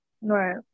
Right